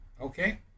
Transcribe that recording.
Okay